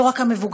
לא רק המבוגרים,